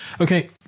Okay